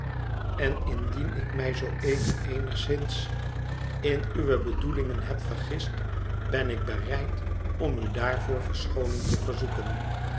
en indien ik mij zoo even eenigszins in uwe bedoelingen heb vergist ben ik bereid om u daarvoor verschooning te verzoeken